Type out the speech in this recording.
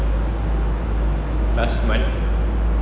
last month